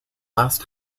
last